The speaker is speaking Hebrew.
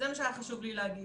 זה הדבר שהיה חשוב לי להגיד.